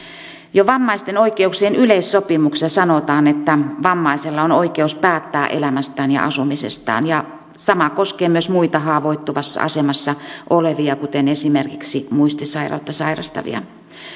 jo vammaisten oikeuksien yleissopimuksessa sanotaan että vammaisella on oikeus päättää elämästään ja asumisestaan ja sama koskee myös muita haavoittuvassa asemassa olevia kuten esimerkiksi muistisairautta sairastavia